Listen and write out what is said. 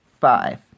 Five